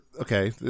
okay